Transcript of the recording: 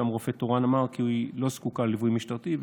ושם רופא תורן אמר כי היא לא זקוקה לליווי משטרתי,